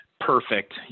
perfect